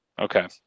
Okay